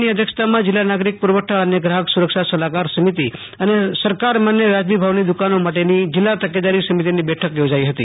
ની અધ્યક્ષતામાં જિલ્લા નાગરિક પુરવઠા અને ગ્રાહક સુરક્ષા સલાહકાર સમિતિ અને સરકાર માન્ય વાજબી ભાવની દુકાનો માટેની જિલ્લા તકેદારી સમિતિની બેઠક થોજાઇ હતી